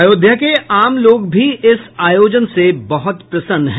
अयोध्या के आम लोग भी इस आयोजन से बहुत प्रसन्न हैं